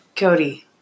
Cody